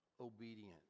obedient